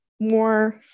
more